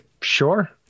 Sure